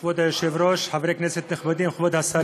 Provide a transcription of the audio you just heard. יעלה חבר הכנסת עבדאללה אבו מערוף, שלוש דקות.